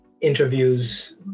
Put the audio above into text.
interviews